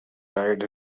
died